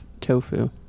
tofu